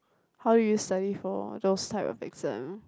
how do you study for those type of exam